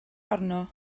arno